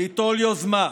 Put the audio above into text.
ליטול יוזמה,